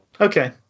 Okay